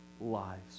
lives